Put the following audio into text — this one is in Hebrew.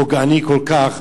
פוגעני כל כך,